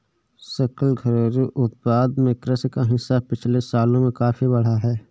सकल घरेलू उत्पाद में कृषि का हिस्सा पिछले सालों में काफी बढ़ा है